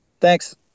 Thanks